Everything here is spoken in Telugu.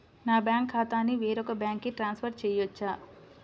నా బ్యాంక్ ఖాతాని వేరొక బ్యాంక్కి ట్రాన్స్ఫర్ చేయొచ్చా?